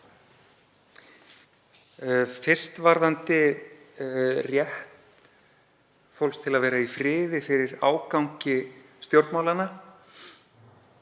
spurði um rétt fólks til að vera í friði fyrir ágangi stjórnmálanna.